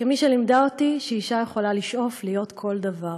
כמי שלימדה אותי שאישה יכולה לשאוף להיות כל דבר,